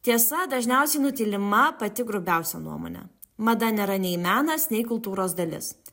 tiesa dažniausiai nutylima pati grubiausia nuomonė mada nėra nei menas nei kultūros dalis